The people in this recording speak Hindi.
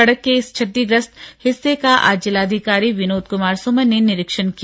सड़क के इस क्षतिग्रस्त हिस्से का आज जिलाधिकारी विनोद कुमार सुमन ने निरीक्षण किया